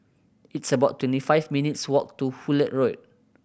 it's about twenty five minutes' walk to Hullet Road